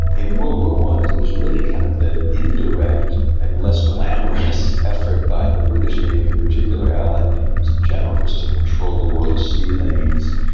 in world war i it was really kind of the indirect and less glamorous effort by the british navy in particular, allied navies in general, just to control the world's sea lanes,